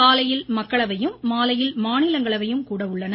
காலையில் மக்களவையும் மாலையில் மாநிலங்களவையும் கூட உள்ளன